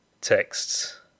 Texts